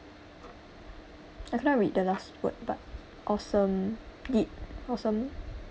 I cannot read the last word but awesome deed awesome